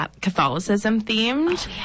Catholicism-themed